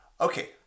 Okay